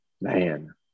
man